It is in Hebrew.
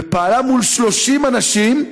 ופעלה מול 30 אנשים,